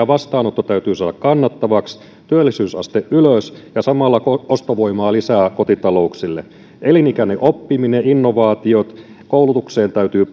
vastaanotto täytyy saada kannattavaksi työllisyysaste ylös ja samalla ostovoimaa lisää kotitalouksille elinikäinen oppiminen innovaatiot koulutukseen täytyy